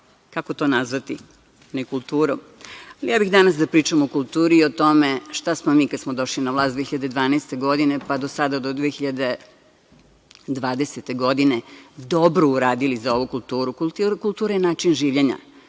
Kako to nazvati? Nekulturom? Ali, ja bih danas da pričam o kulturi i o tome šta smo mi kada smo došli na vlast 2012. godine pa do sada, do 2020. godine dobro uradili za ovu kulturu. Kultura je način življenja.